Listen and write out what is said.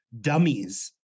dummies